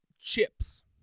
Chips